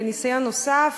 בניסיון נוסף,